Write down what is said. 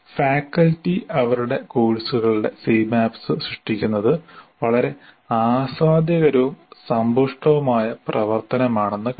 faculty അവരുടെ കോഴ്സുകളുടെ Cmaps സൃഷ്ടിക്കുന്നത് വളരെ ആസ്വാദ്യകരവും സമ്പുഷ്ടവുമായ പ്രവർത്തനമാണെന്ന് കണ്ടെത്തി